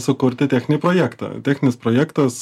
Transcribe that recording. sukurti techninį projektą techninis projektas